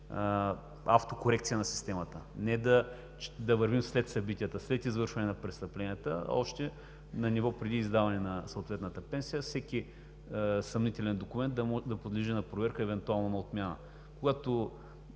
автокорекция на системата, а не да вървим след събитията, след извършване на престъпленията, а още на ниво преди издаване на съответната пенсия, всеки съмнителен документ да подлежи на проверка, евентуално на отмяна. Когато